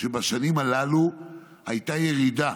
שבשנים הללו הייתה ירידה,